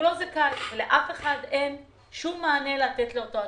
לאף אחד אין שום מענה לתת לאותו עצמאי.